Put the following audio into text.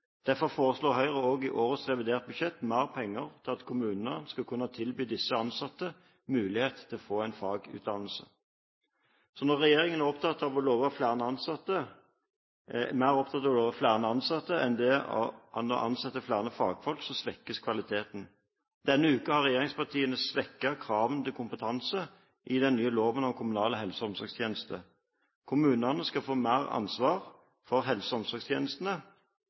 Derfor foreslår Høyre også i årets reviderte budsjett mer penger til at kommunene skal kunne tilby disse ansatte mulighet til å få en fagutdannelse. Når regjeringen er mer opptatt av å love flere ansatte enn å ansette flere fagfolk, svekkes kvaliteten. Denne uken har regjeringspartiene svekket kravene til kompetanse i den nye loven om kommunale helse- og omsorgstjenester. Kommunene skal få mer ansvar for helse- og omsorgstjenestene,